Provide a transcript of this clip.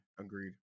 Agreed